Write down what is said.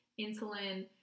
insulin